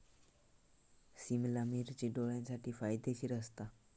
सिमला मिर्ची डोळ्यांसाठी फायदेशीर असता